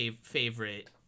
favorite